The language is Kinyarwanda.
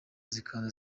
zikaza